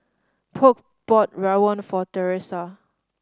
Polk bought Rawon for Teressa